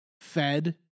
fed